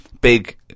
big